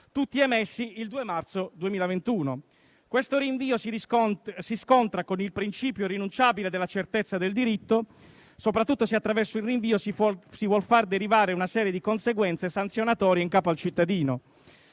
tutti emessi il 2 Marzo 2021); questo rinvio si scontra con il principio irrinunciabile della certezza del diritto, soprattutto se attraverso il rinvio si vuol far derivare una serie di conseguenze sanzionatorie in capo al cittadino.